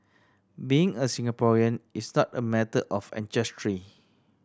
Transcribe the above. being a Singaporean is not a matter of ancestry